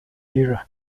era